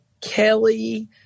Kelly